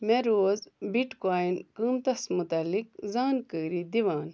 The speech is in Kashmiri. مے روز بِٹ کۄاین قۭمتَس مُتعلِق زانکٲری دِوان